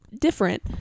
different